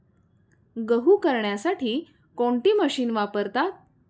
गहू करण्यासाठी कोणती मशीन वापरतात?